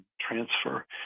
transfer